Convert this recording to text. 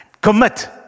commit